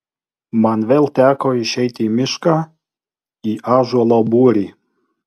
man vėl teko išeiti į mišką į ąžuolo būrį